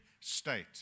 state